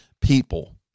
people